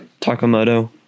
Takamoto